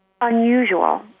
unusual